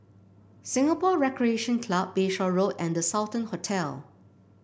Singapore Recreation Club Bayshore Road and The Sultan Hotel